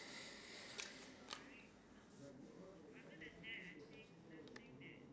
man I think I think you should have a lot of money I think you would be happy naturally